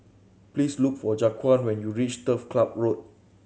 please look for Jaquan when you reach Turf Club Road